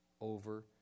over